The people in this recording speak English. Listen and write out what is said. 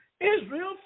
Israel